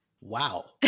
Wow